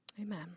Amen